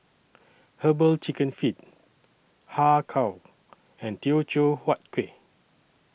Herbal Chicken Feet Har Kow and Teochew Huat Kueh